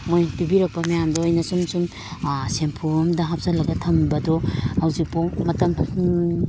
ꯃꯣꯏ ꯄꯤꯕꯤꯔꯛꯄ ꯃꯌꯥꯝꯗꯣ ꯑꯩꯅ ꯁꯨꯝ ꯁꯨꯝ ꯁꯦꯝꯐꯨ ꯑꯃꯗ ꯍꯥꯞꯆꯜꯂꯒ ꯊꯝꯕꯗꯣ ꯍꯧꯖꯤꯛꯐꯥꯎ ꯃꯇꯝ